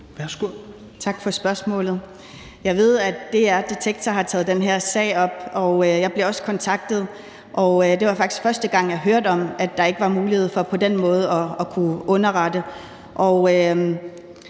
Tak for spørgsmålet. Jeg ved, at DR Detektor har taget den her sag op. Jeg blev også kontaktet, og det var faktisk første gang, jeg hørte om, at der ikke var mulighed for på den måde at kunne underrette.